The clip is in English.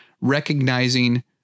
recognizing